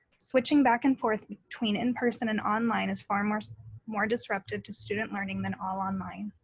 switching back and forth between in person and online is far more more disruptive to student learning than all online.